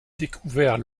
découvert